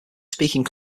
speaking